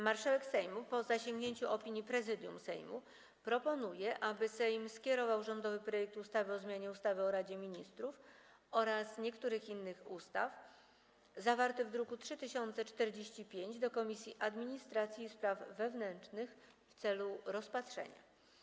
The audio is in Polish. Marszałek Sejmu, po zasięgnięciu opinii Prezydium Sejmu, proponuje, aby Sejm skierował rządowy projekt ustawy o zmianie ustawy o Radzie Ministrów oraz niektórych innych ustaw, zawarty w druku nr 3045, do Komisji Administracji i Spraw Wewnętrznych w celu rozpatrzenia.